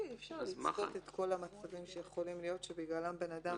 אי אפשר לצפות את כל המצבים שיכולים להיות שבגללם בן אדם